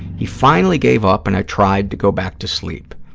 he finally gave up and i tried to go back to sleep.